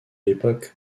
l’époque